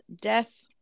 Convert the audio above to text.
death